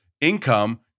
income